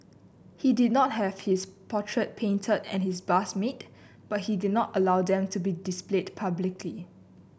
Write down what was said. he did not have his portrait painted and his bust made but he did not allow them to be displayed publicly